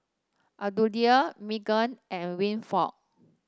Elodie Meagan and Winford